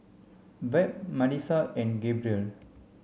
Webb Malissa and Gabriel